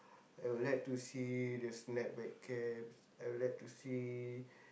I would like to see the snapback cap I would like to see